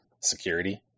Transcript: security